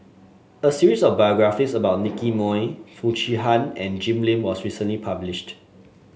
a series of biographies about Nicky Moey Foo Chee Han and Jim Lim was recently published